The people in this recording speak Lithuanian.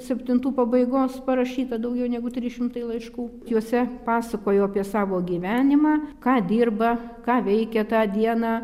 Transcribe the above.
septintų pabaigos parašyta daugiau negu trys šimtai laiškų juose pasakojo apie savo gyvenimą ką dirba ką veikia tą dieną